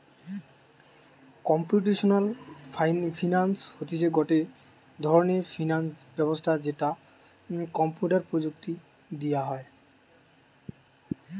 computational finance হতিছে গটে ধরণের ফিনান্স ব্যবস্থা যেটো কম্পিউটার প্রযুক্তি দিয়া হই